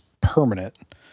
permanent